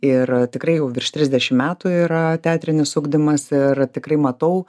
ir tikrai jau virš trisdešim metų yra teatrinis ugdymas ir tikrai matau